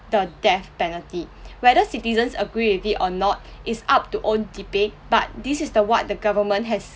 the death penalty whether citizens agree with it or not it's up to own debate but this is the what the government has